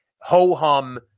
ho-hum